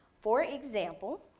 for example,